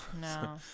No